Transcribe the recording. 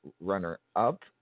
runner-up